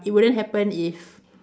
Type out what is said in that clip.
it wouldn't happen if